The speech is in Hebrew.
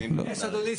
אדוני,